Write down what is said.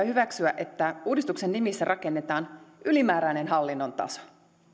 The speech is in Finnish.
hyväksyä että uudistuksen nimissä rakennetaan ylimääräinen hallinnon taso